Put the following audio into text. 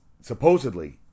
supposedly